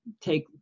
take